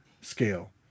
scale